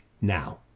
now